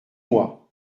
mois